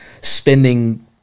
spending